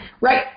Right